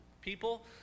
people